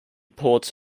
ports